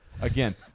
again